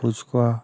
fuchka